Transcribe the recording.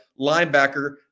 linebacker